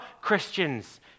Christians